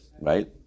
right